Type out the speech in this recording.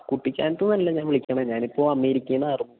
കുട്ടിക്കാനത്ത് നിന്നല്ല ഞാൻ വിളിക്കുന്നത് ഞാനിപ്പോള് അമേരിക്കയില് നിന്നായിരുന്നു